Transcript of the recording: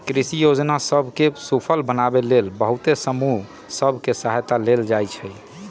कृषि जोजना सभ के सूफल बनाबे लेल बहुते समूह सभ के सहायता लेल जाइ छइ